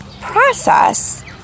process